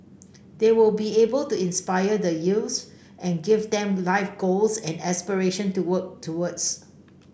they will be able to inspire the youths and give them life goals and aspirations to work towards